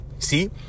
See